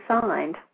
signed